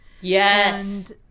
yes